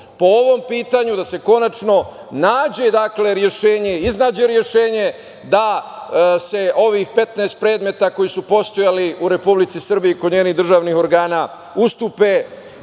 po ovom pitanju, da se konačno nađe rešenje, iznađe rešenje da se ovih 15 predmeta koji su postojali u Republici Srbiji kod njenih državnih organa ustupe